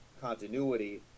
continuity